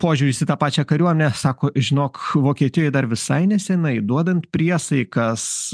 požiūris į tą pačią kariuomenę sako žinok vokietijoj dar visai neseniai duodant priesaikas